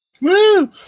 Woo